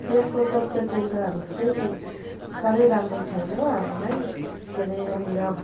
यहाँको स्वास्थ्य केन्द्रहरू चाहिँ साह्रै राम्रो छैन हामीलाई के रे यहाँनिर